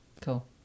Cool